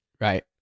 right